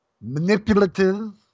manipulative